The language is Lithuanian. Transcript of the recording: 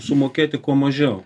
sumokėti kuo mažiau